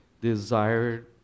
desired